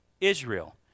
Israel